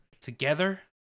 together